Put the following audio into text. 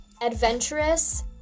adventurous